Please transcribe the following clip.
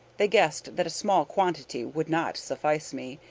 they guessed that a small quantity would not suffice me,